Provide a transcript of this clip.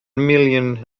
million